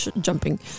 jumping